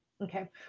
Okay